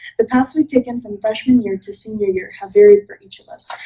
the paths we've taken from freshman year to senior year have varied for each of us,